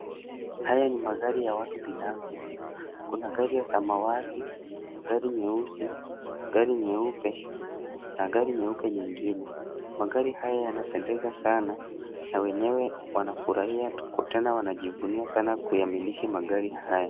Haya ni magari ya mtu binafsi kuna gari ya samawati, gari nyeusi, gari nyeupe na gari nyeupe ingine, magari haya yanapendeza sana na wenyewe wanafurahia kukutana wanajivunia sana kuyamiliki magari haya.